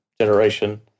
generation